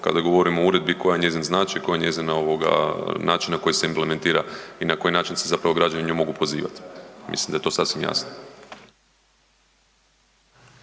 kada govorimo o uredbi koja je njezin značaj, koja je njezina ovoga način na koji se implementira i na koji način se zapravo građani na nju mogu pozivati. Mislim da je to sasvim jasno.